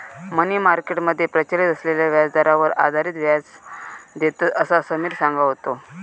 मनी market मध्ये प्रचलित असलेल्या व्याजदरांवर आधारित व्याज देतत, असा समिर सांगा होतो